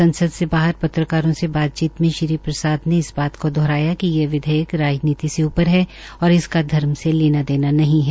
संसद से बाहर पत्रकारों से बातचीत में श्री प्रसाद ने इस बात को दोहराया कि यह विधेयक राजनीति से ऊपर है और इसका धर्म से लेना देना नहीं है